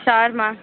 shawarma